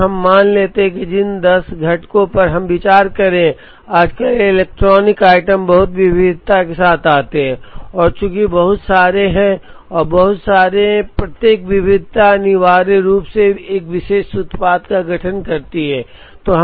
और हम मान लेते हैं कि जिन 10 घटकों पर हम विचार कर रहे हैं आजकल इलेक्ट्रॉनिक आइटम बहुत विविधता के साथ आते हैं और चूंकि बहुत सारे हैं और बहुत सारे हैं प्रत्येक विविधता अनिवार्य रूप से एक विशेष उत्पाद का गठन करती है